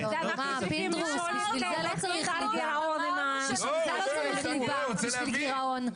פינדרוס, בשביל זה לא צריך ליבה, בשביל גירעון.